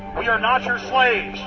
we are not your slaves.